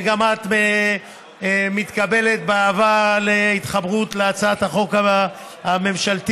וגם את מתקבלת באהבה להתחברות להצעת החוק הממשלתית,